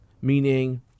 meaning